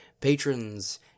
patrons